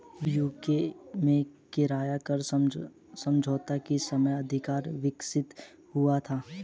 UK में किराया क्रय समझौता किस समय अधिक विकसित हुआ था?